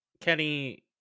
Kenny